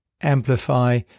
Amplify